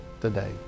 today